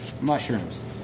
mushrooms